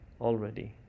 already